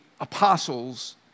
apostles